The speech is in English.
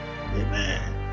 amen